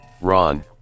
Ron